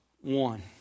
one